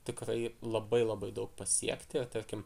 tikrai labai labai daug pasiekti ir tarkim